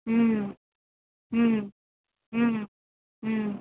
ம் ம் ம் ம்